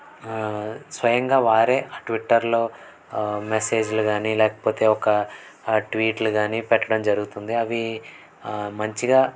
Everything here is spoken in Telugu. స్వయంగా వారే ఆ ట్విట్టర్లో మెసేజ్లు కాని లేకపోతే ఒక ట్వీట్లు కాని పెట్టడం జరుగుతుంది అవి మంచిగా